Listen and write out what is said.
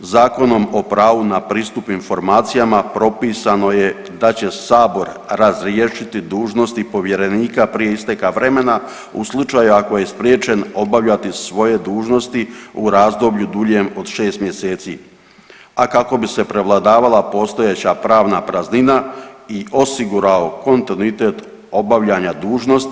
Zakonom o pravu na pristup informacijama propisano je da će Sabor razriješiti dužnosti povjerenika prije isteka vremena u slučaju ako je spriječen obavljati svoje dužnosti u razdoblju duljem od šest mjeseci a kako bi se prevladavala postojeća pravna praznina i osigurao kontinuitet obavljanja dužnosti.